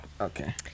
Okay